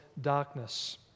darkness